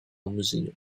museum